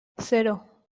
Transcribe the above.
zero